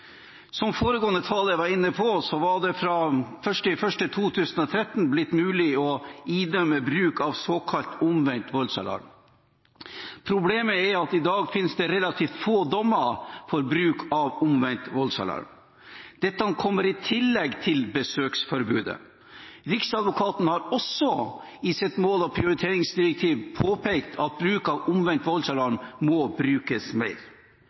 Som foregående taler var inne på, ble det fra 01.01.2013 mulig å idømme bruk av såkalt omvendt voldsalarm. Problemet er at i dag finnes det relativt få dommer for bruk av omvendt voldsalarm. Dette kommer i tillegg til besøksforbudet. Riksadvokaten har også i sitt mål- og prioriteringsdirektiv påpekt at bruk av omvendt voldsalarm må brukes mer.